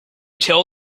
tell